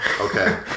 Okay